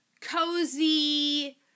cozy